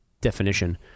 definition